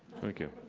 thank you.